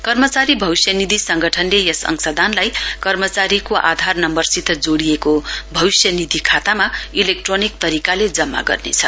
कर्मचारी भविष्य निधि संगठनले यस अंशदानलाई कर्मचारीको आधार नम्वरसित जोड़िएको भविष्यनिधि खातामा इलेक्ट्रोनिक तरीकाले जम्मा गर्नेछ